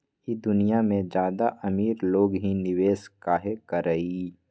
ई दुनिया में ज्यादा अमीर लोग ही निवेस काहे करई?